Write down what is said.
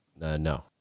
No